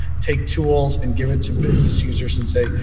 take tools, and give it to business users and say,